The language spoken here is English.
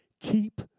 Keep